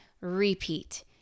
repeat